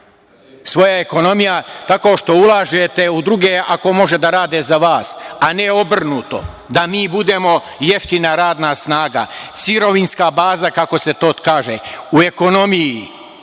svoja ekonomija, tako što ulažete u druge, ako može da rade za vas, a ne obrnuto, da mi budemo jeftina radna snaga, sirovinska baza, kako se to kaže. U ekonomiji